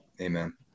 amen